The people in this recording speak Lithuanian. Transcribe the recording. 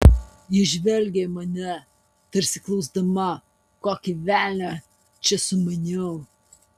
ji žvelgė į mane tarsi klausdama kokį velnią čia sumaniau